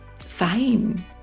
fine